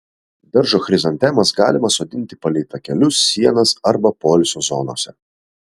daržo chrizantemas galima sodinti palei takelius sienas arba poilsio zonose